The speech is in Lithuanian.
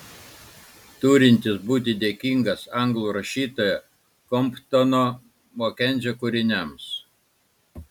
turintis būti dėkingas anglų rašytojo komptono makenzio kūriniams